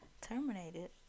terminated